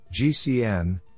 GCN